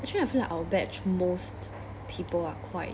actually I feel like our batch most people are quite